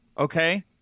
Okay